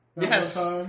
Yes